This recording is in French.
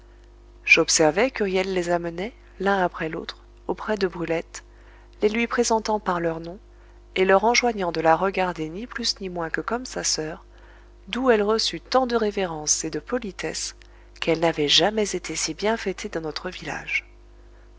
j'observai qu'huriel les amenait l'un après l'autre auprès de brulette les lui présentant par leurs noms et leur enjoignant de la regarder ni plus ni moins que comme sa soeur d'où elle reçut tant de révérences et de politesses qu'elle n'avait jamais été si bien fêtée dans notre village